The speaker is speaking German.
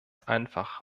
einfach